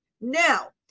Now